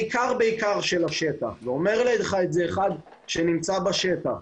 בעיקר של השטח, ואומר לך את זה אחד שנמצא בשטח,